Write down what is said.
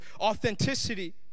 authenticity